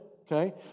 okay